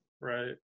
Right